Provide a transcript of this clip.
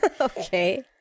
Okay